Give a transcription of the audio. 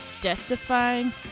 death-defying